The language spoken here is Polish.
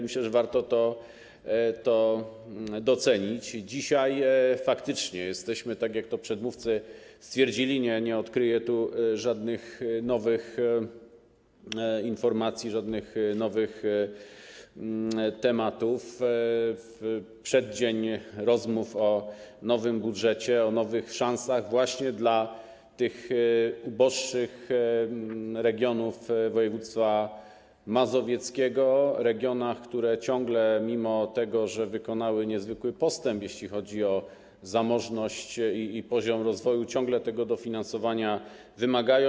Myślę, że warto to docenić i dzisiaj faktycznie jesteśmy, tak jak to przedmówcy stwierdzili - nie odkryję tu żadnych nowych informacji, żadnych nowych tematów - w przeddzień rozmów o nowym budżecie, o nowych szansach właśnie dla tych uboższych regionów województwa mazowieckiego, regionów, które ciągle, mimo że wykonały niezwykły postęp, jeśli chodzi o zamożność i poziom rozwoju, tego dofinansowania wymagają.